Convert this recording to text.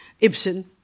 Ibsen